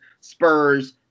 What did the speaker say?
Spurs